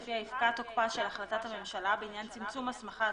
לפיה יפקע תוקפה של החלטת הממשלה בעניין צמצום הסמכת